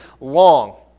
long